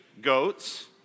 goats